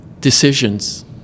decisions